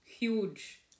huge